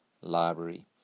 library